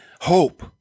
hope